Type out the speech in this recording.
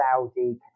Saudi